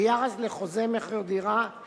ביחס לחוזה מכר דירה,